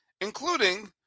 including